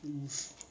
mm